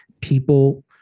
people